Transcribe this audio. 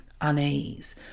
unease